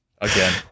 again